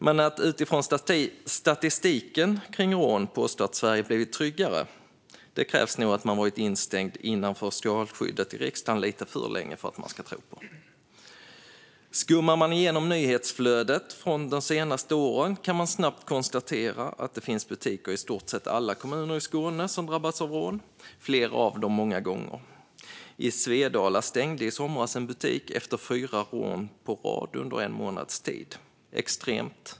För att utifrån statistiken kring rån påstå att Sverige blivit tryggare krävs nog att man varit instängd innanför skalskyddet i riksdagen lite för länge. Skummar man igenom nyhetsflödet från de senaste åren kan man snabbt konstatera att det finns butiker i mer eller mindre alla kommuner i Skåne som har drabbats av rån, och flera av dem många gånger. I Svedala stängde i somras en butik efter fyra rån på rad under en månads tid. Är detta extremt?